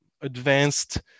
advanced